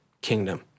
kingdom